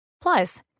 Plus